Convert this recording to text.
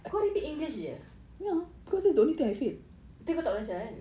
kau repeat english jer tapi kau tak belajar kan